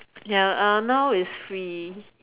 ya uh now is free